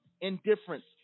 indifference